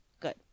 Good